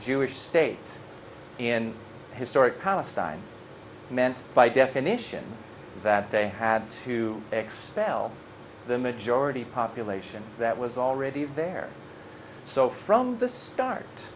jewish state in historic palestine meant by definition that they had to expel the majority population that was already there so from the start